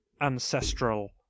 Ancestral